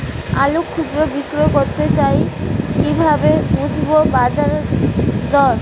আলু খুচরো বিক্রি করতে চাই কিভাবে বুঝবো বাজার দর?